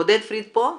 עודד פריד פה?